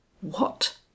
What